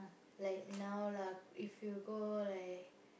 like now lah if you go like